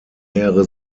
mehrere